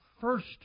first